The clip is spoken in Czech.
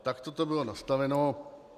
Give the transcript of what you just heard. Takto to bylo nastaveno.